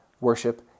worship